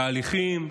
תהליכים,